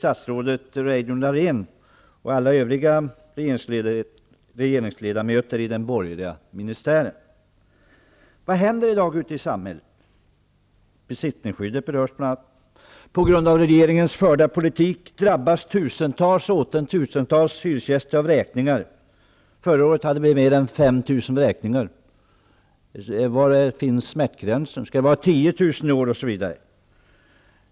statsrådet Vad händer i dag ute i samhället? Besittningsskyddet berörs bl.a. På grund av regeringens förda politik drabbas tusentals hyresgäster av vräkning. Förra året var det mer än 5 000 vräkningar. Var finns smärtgränsen? Skall de uppgå till 10 000 i år?